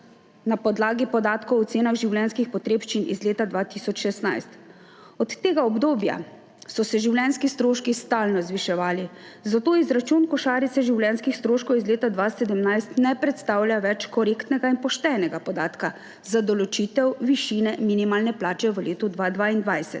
na podlagi podatkov o cenah življenjskih potrebščin iz leta 2016. Od tega obdobja so se življenjski stroški stalno zviševali, zato izračun košarice življenjskih stroškov iz leta 2017 ne predstavlja več korektnega in poštenega podatka za določitev višine minimalne plače v letu 2022.